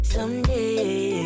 Someday